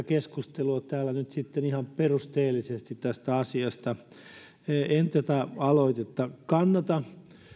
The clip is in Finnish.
keskustelua täällä ihan perusteellisesti tästä asiasta en tätä aloitetta kannata